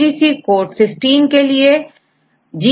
इसे कैसे करते हैं 3 स्टेप लेते हैं